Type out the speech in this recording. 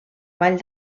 vall